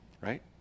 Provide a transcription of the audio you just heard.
right